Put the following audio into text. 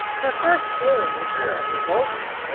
her first feeling was one of revulsion.